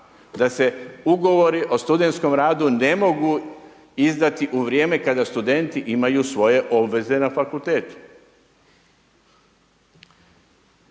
da se ugovori o studentskom radu ne mogu izdati u vrijeme kada studenti imaju svoje obveze na fakultetu.